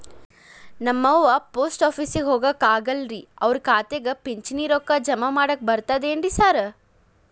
ನಮ್ ಅವ್ವ ಪೋಸ್ಟ್ ಆಫೇಸಿಗೆ ಹೋಗಾಕ ಆಗಲ್ರಿ ಅವ್ರ್ ಖಾತೆಗೆ ಪಿಂಚಣಿ ರೊಕ್ಕ ಜಮಾ ಮಾಡಾಕ ಬರ್ತಾದೇನ್ರಿ ಸಾರ್?